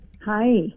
Hi